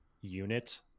unit